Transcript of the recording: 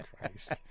Christ